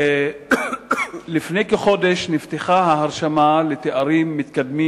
לפני כחודש נפתחה ההרשמה לתארים מתקדמים